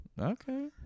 Okay